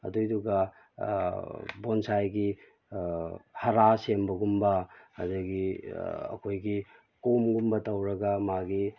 ꯑꯗꯨꯏꯗꯨꯒ ꯕꯣꯟꯁꯥꯏꯒꯤ ꯍꯥꯔꯥ ꯁꯦꯝꯕꯒꯨꯝꯕ ꯑꯗꯒꯤ ꯑꯩꯈꯣꯏꯒꯤ ꯀꯣꯝꯒꯨꯝꯕ ꯇꯧꯔꯒ ꯃꯥꯒꯤ